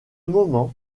moment